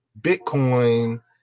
Bitcoin